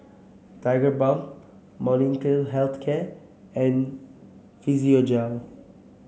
Tigerbalm Molnylcke Health Care and Physiogel